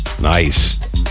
Nice